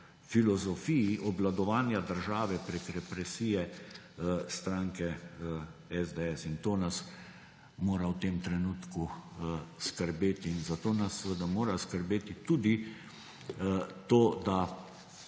filozofiji obvladovanja države prek represije stranke SDS. In to nas mora v tem trenutku skrbeti. In zato nas seveda mora skrbeti tudi to, da